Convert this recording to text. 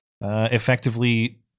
effectively